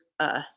earth